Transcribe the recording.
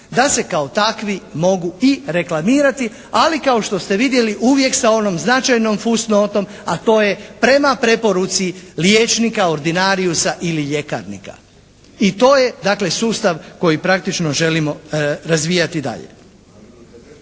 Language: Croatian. da se kao takvi mogu i reklamirati. Ali kao što ste vidjeli uvijek sa onom značajnom fusnotom a to je prema preporuci liječnika, ordinariusa ili ljekarnika. I to je dakle sustav koji praktično želimo razvijati dalje.